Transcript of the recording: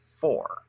four